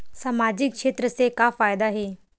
सामजिक क्षेत्र से का फ़ायदा हे?